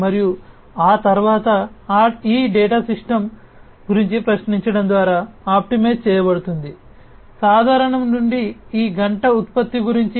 మరియు ఆ తరువాత ఈ డేటా సిస్టమ్ గురించి ప్రశ్నించడం ద్వారా ఆప్టిమైజ్ చేయబడుతుంది సాధారణం నుండి ఈ గంట ఉత్పత్తి గురించి